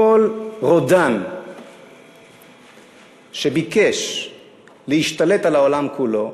כל רודן שביקש להשתלט על העולם כולו,